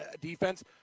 defense